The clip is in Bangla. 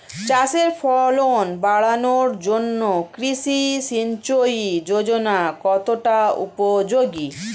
চাষের ফলন বাড়ানোর জন্য কৃষি সিঞ্চয়ী যোজনা কতটা উপযোগী?